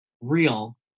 real